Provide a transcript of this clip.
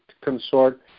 consort